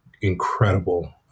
incredible